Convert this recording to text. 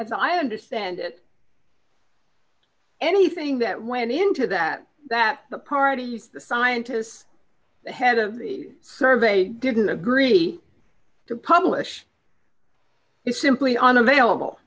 as i understand it anything that went into that that the parties the scientists the head of the survey didn't agree to publish it simply unavailable